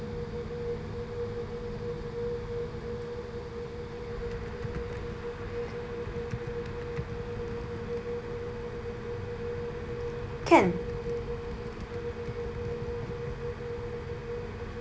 can